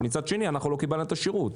אבל מצד שני אנחנו לא קיבלנו את השירות.